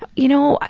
you know,